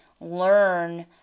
learn